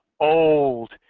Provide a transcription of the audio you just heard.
old